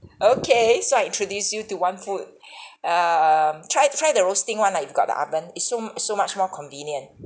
okay so I introduced you to one food um try try the roasting one ah if you got the oven it's so m~ so much more convenient